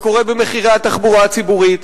וקורה במחירי התחבורה הציבורית.